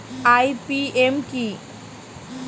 IPM কি?